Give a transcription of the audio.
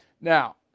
Now